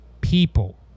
people